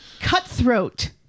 cutthroat